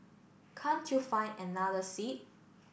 can't you find another seat